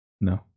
No